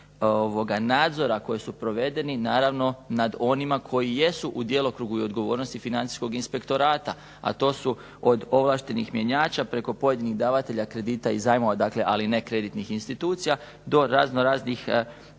230 nadzora koji su provedeni naravno nad onima koji jesu u djelokrugu i odgovornosti Financijskog inspektorata, a to su od ovlaštenih mjenjača, preko pojedinih davatelja kredita i zajmova, ali ne kreditnih institucija, do raznoraznih